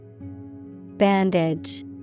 Bandage